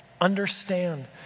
Understand